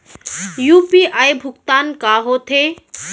UPI भुगतान का होथे?